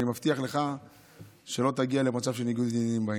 אני מבטיח לך שלא תגיע למצב של ניגוד עניינים בעניין.